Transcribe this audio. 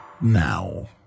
now